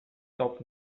stop